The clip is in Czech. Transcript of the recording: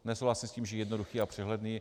Nesouhlasím s tím, že je jednoduchý a přehledný.